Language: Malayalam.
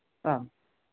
ആ